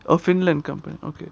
oh finland company okay